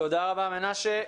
תודה רבה מנשה.